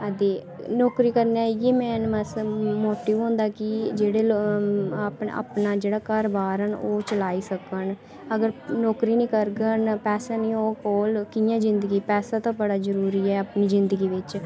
ते नौकरी करने दा इ'यै मेन मोटिव होंदा की जेह्ड़ा अपना घर बाहर न ओह् चलाई सकन अगर नौकरी निं करगन पैसे निं होङन कोल ते कि'यां जिंदगी पैसा ते बड़ा जरूरी ऐ अपनी जिंदगी बिच